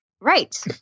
Right